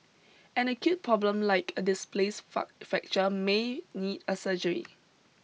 an acute problem like a displaced fracture may need a surgery